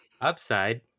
Upside